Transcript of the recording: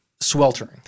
sweltering